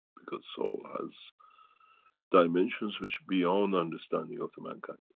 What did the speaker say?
because soul has dimensions which beyond understanding of the mankind.